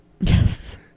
Yes